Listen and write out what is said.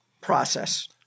process